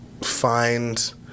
find